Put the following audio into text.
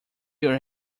your